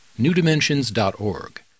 newdimensions.org